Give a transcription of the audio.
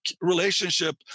relationship